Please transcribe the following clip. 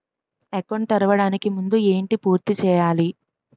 Account తెరవడానికి ముందు ఏంటి పూర్తి చేయాలి?